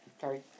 Sorry